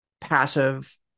passive